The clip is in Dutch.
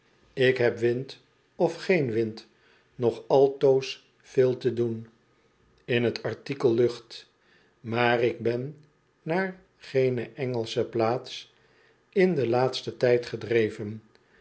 ik heb wind of geen wind nog altoos veel te doen in t artikel lucht maar ik ben naar geen engelsche plaats in den laatsten tijd gedreven